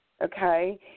okay